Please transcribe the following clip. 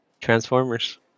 Transformers